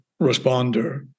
responder